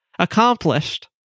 Accomplished